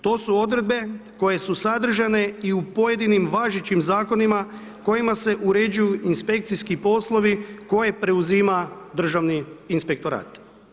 To su odredbe koje su sadržane i u pojedinim važećim Zakonima, kojima se uređuju inspekcijski poslovi koje preuzima državni inspektorat.